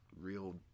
real